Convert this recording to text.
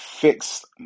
fixed